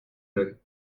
même